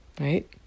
right